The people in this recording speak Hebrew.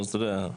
אתה יודע,